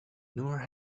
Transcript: noor